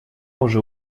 уже